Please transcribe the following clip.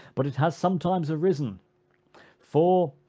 but it has sometimes arisen for,